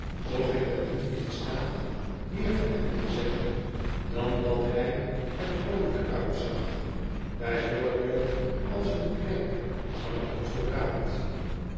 doch ik ben niet in staat meer van hem te zeggen dan dat hij er vrooltjk uitzag bij voorbeeld als een klerk van eon advocaat